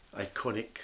iconic